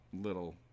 little